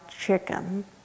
Chicken